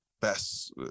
best